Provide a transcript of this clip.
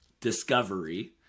discovery